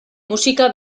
musika